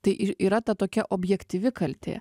tai ir yra ta tokia objektyvi kaltė